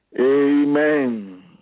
Amen